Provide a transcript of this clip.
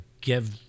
give